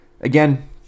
Again